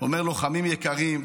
אומר: לוחמים יקרים,